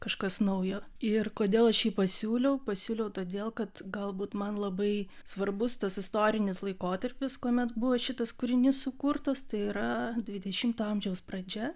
kažkas naujo ir kodėl aš jį pasiūliau pasiūliau todėl kad galbūt man labai svarbus tas istorinis laikotarpis kuomet buvo šitas kūrinys sukurtas tai yra dvidešimto amžiaus pradžia